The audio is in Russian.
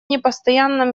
непостоянном